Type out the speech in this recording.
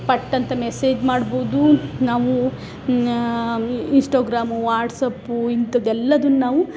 ಪಟ್ ಅಂತ ಮೆಸೇಜ್ ಮಾಡ್ಬೋದು ನಾವೂ ಇನ್ಸ್ಟೊಗ್ರಾಮು ವಾಟ್ಸ್ಆ್ಯಪು ಇಂಥದೆಲ್ಲದನ್ ನಾವು